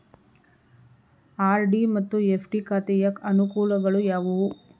RD ಮತ್ತು FD ಖಾತೆಯ ಅನುಕೂಲಗಳು ಯಾವುವು?